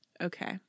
Okay